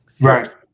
Right